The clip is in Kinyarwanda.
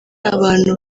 abantu